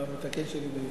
אתה המתקן שלי בעברית.